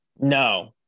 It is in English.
No